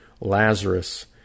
Lazarus